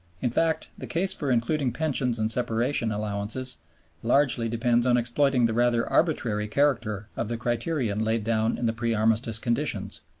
in fact the case for including pensions and separation allowances largely depends on exploiting the rather arbitrary character of the criterion laid down in the pre-armistice conditions.